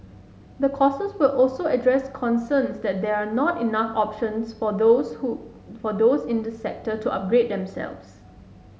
the courses will also address concerns that there are not enough options for those who for those in the sector to upgrade themselves